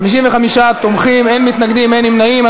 55 תומכים, אין מתנגדים, אין נמנעים.